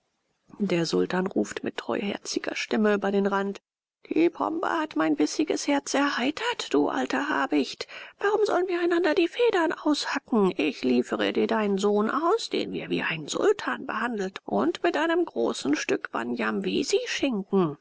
der sultan ruft mit treuherziger stimme über den rand die pombe hat mein bissiges herz erheitert du alter habicht warum sollen wir einander die federn aushacken ich liefere dir deinen sohn aus den wir wie einen sultan behandelt und mit einem großen stück wanjamwesischinken